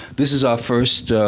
this is our first